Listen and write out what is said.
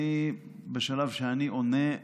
אני בשלב שאני עונה,